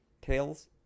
Tails